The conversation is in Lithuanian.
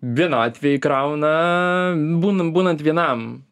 vienatvė įkrauna būnu būnant vienam